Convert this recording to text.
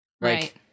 right